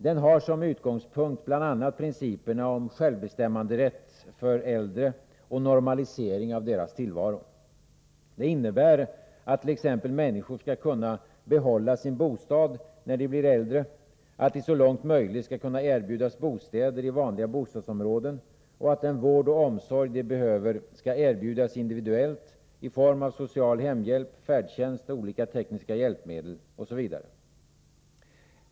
Den har som utgångspunkt bl.a. principerna om självbestämmanderätt för äldre och normalisering av deras tillvaro. Det innebär att människor t.ex. skall kunnna behålla sin bostad när de blir äldre, att de så långt möjligt skall kunna erbjudas bostäder i vanliga bostadsområden och att den vård och omsorg de behöver skall erbjudas individuellt i form av social hemhjälp, färdtjänst, olika tekniska hjälpmedel osv.